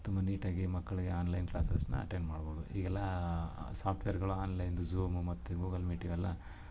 ತುಂಬ ನೀಟಾಗಿ ಮಕ್ಕಳಿಗೆ ಆನ್ಲೈನ್ ಕ್ಲಾಸಸನ್ನ ಅಟೆಂಡ್ ಮಾಡ್ಬೋದು ಈಗೆಲ್ಲಾ ಸಾಫ್ಟ್ವೇರುಗಳು ಆನ್ಲೈನ್ದು ಝೂಮು ಮತ್ತು ಗೂಗಲ್ ಮೀಟ್ ಇವೆಲ್ಲ